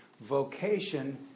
vocation